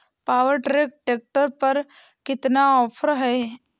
Power track tractor पर कितना offer है?